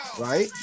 right